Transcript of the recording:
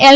L